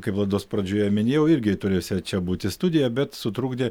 kaip laidos pradžioje minėjau irgi turėjusia čia būti studiją bet sutrukdė